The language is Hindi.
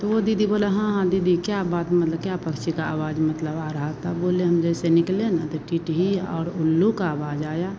तो वह दीदी बोली हाँ हाँ दीदी क्या बात मतलब क्या पक्षी की आवाज़ मतलब आ रही थी तब बोले हम जैसे निकले ना तो टिटही और उल्लू का आवाज़ आई